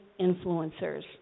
influencers